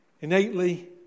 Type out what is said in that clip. innately